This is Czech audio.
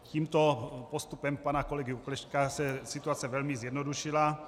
Tímto postupem pana kolegy Oklešťka se situace velmi zjednodušila.